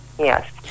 Yes